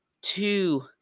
two